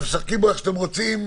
מצוין.